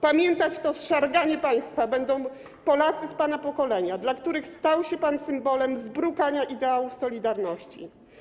Pamiętać to zszarganie państwa będą Polacy z pana pokolenia, dla których stał się pan symbolem zbrukania ideałów „Solidarności”